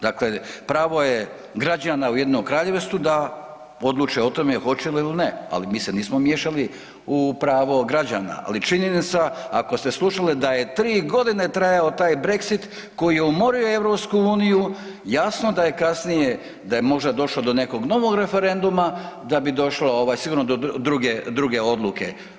Dakle, pravo je građana u Ujedinjenom Kraljevstvu da odluče o tome hoće li ili ne, ali mi se nismo miješali u pravo građana, ali činjenica ako ste slušali da je 3 godine trajao taj Brexit koji je umorio EU, jasno da je kasnije da je možda došlo do nekog novog referenduma da bi došlo ovaj sigurno do druge odluke.